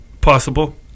Possible